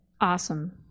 Awesome